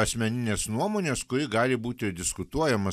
asmeninės nuomonės kuri gali būti diskutuojama